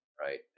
right